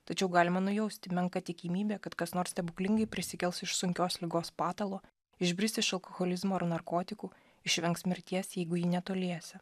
tačiau galima nujausti menka tikimybė kad kas nors stebuklingai prisikels iš sunkios ligos patalo išbris iš alkoholizmo ar narkotikų išvengs mirties jeigu ji netoliese